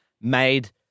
made